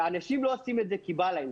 אנשים לא עושים את זה כי בא להם,